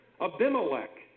Abimelech